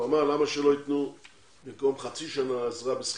אמר: למה לא במקום שייתנו חצי שנה עזרה בשכירות,